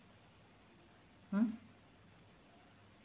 !huh!